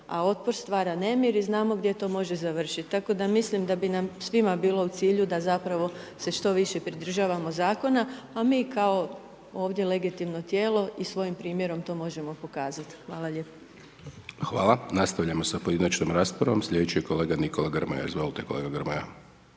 a otpor stvara nemir i znamo gdje to može završiti. Tako da mislim da bi nam svima bilo u cilju da zapravo se što više pridržavamo zakona, a mi kao ovdje legitimno tijelo i svojim primjerom to možemo pokazat. Hvala lijepo. **Hajdaš Dončić, Siniša (SDP)** Hvala, nastavljamo sa pojedinačnom raspravom, slijedeći je kolega Nikola Grmoja, izvolte kolega Grmoja.